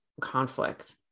conflict